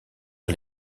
sur